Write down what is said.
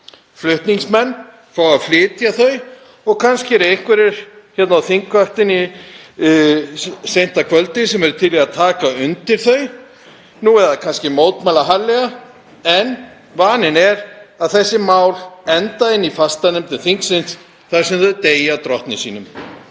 Flutningsmenn fá að flytja þau og kannski eru einhverjir hérna á þingvaktinni seint að kvöldi sem eru til í að taka undir þau, nú eða mótmæla kannski harðlega, en vaninn er að þessi mál endi í fastanefndum þingsins þar sem þau deyja drottni sínum.